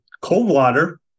Coldwater